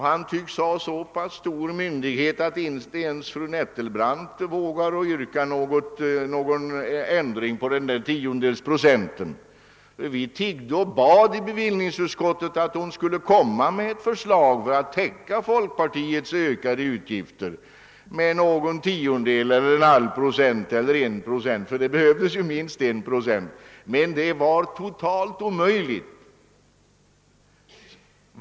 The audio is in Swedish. Han tycks ha så stor myndighet att inte ens fru Nettelbrandt vågar yrka någon ändring med en tiondels procent. Vi tiggde och bad i bevillningsutskottet att hon skulle lägga fram ett förslag om en tiondels, en halv eller en procent för att täcka folkpartiets ökade utgifter — det skulle behövas minst 1 procent — men det var totalt omöjligt.